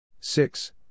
six